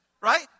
right